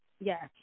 Yes